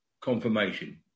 confirmation